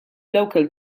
local